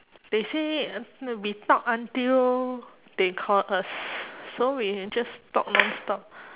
they say will be talk until they call us so we can just talk nonstop